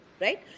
right